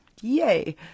Yay